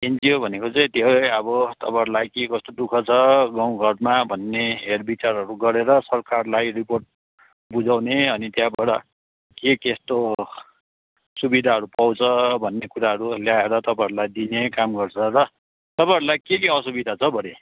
NGO भनेको चाहिँ त्यो हो अब तपाईँहरूलाई के कस्तो दुःख छ गाउँघरमा भन्ने हेरविचारहरू गरेर सरकारलाई रिपोर्ट बुझाउने अनि त्यहाँबाट के कस्तो सुविधाहरू पाउँछ भन्ने कुराहरू ल्याएर तपाईँहरूलाई दिने काम गर्छ र तपाईँहरूलाई के के असुविधा छ बडी